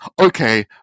okay